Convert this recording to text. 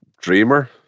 Dreamer